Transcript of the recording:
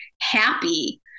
happy